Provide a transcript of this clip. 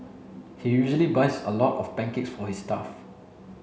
he usually buys a lot of pancakes for his staff